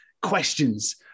Questions